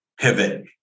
pivot